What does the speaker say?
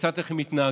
כיצד אתם מתנהגים,